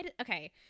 Okay